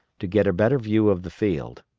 to get a better view of the field.